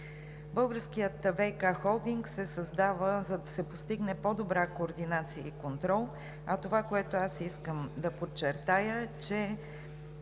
Българският ВиК холдинг се създава, за да се постигне по добра координация и контрол. Това, което аз искам да подчертая, е,